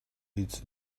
its